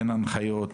אין הנחיות,